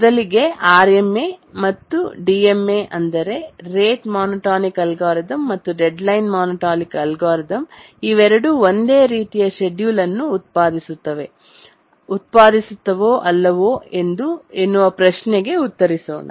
ಮೊದಲಿಗೆ ಆರ್ಎಂಎ ಮತ್ತು ಡಿಎಂಎ ಅಂದರೆ ರೇಟ್ ಮೋನೋಟೋನಿಕ್ ಅಲ್ಗಾರಿದಮ್ ಮತ್ತು ಡೆಡ್ಲೈನ್ ಮೊನೊಟೋನಿಕ್ ಅಲ್ಗಾರಿದಮ್ ಇವೆರಡೂ ಒಂದೇ ರೀತಿಯ ಶೆಡ್ಯೂಲನ್ನು ಉತ್ಪಾದಿಸುತ್ತವೆ ಅಲ್ಲವೋ ಎನ್ನುವ ಪ್ರಶ್ನೆಗೆ ಉತ್ತರಿಸೋಣ